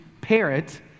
parrot